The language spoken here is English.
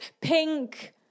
pink